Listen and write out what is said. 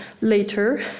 later